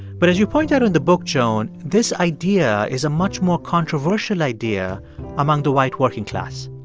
but as you point out in the book, joan, this idea is a much more controversial idea among the white working class.